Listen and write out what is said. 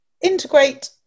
integrate